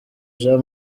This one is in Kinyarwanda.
jean